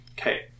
Okay